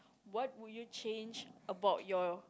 what would you change about your